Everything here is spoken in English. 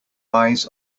eyes